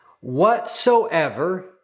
whatsoever